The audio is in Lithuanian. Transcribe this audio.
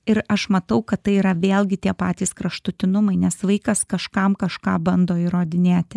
ir aš matau kad tai yra vėlgi tie patys kraštutinumai nes vaikas kažkam kažką bando įrodinėti